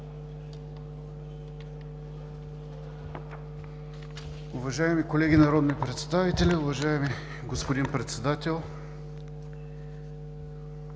Уважаеми колеги народни представители, уважаеми господин Председател!